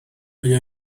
آیا